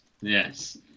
Yes